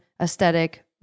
aesthetic